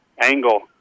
angle